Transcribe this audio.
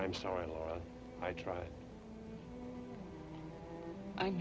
i'm sorry i tried